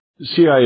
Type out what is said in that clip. CIA